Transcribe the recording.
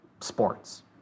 sports